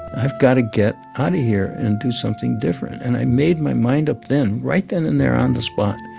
i've got to get out of here and do something different. and i made my mind up then, right then and there on the spot,